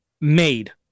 made